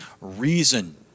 reason